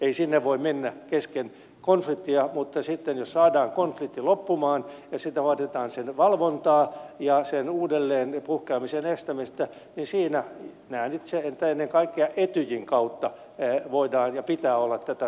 ei sinne voi mennä kesken konfliktia mutta sitten jos saadaan konflikti loppumaan ja vaaditaan sen valvontaa ja sen uudelleen puhkeamisen estämistä niin siinä näen itse että ennen kaikkea etyjin kautta voidaan ja pitää olla tätä tukemassa